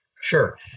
Sure